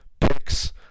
picks